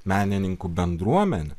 menininkų bendruomenė